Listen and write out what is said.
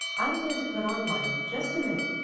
i'm going to put on mine in just a minute.